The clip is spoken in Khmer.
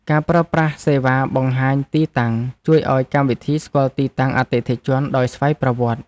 ការប្រើប្រាស់សេវាបង្ហាញទីតាំង ជួយឱ្យកម្មវិធីស្គាល់ទីតាំងអតិថិជនដោយស្វ័យប្រវត្តិ។